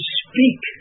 speak